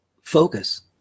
focus